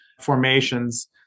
formations